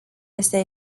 este